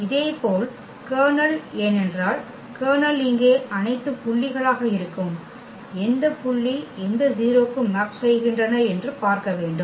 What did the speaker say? இதேபோல் கர்னல் ஏனென்றால் கர்னல் இங்கே அனைத்து புள்ளிகளாக இருக்கும் எந்த புள்ளி எந்த 0 க்கு மேப் செய்கின்றன என்று பார்க்கவேண்டும்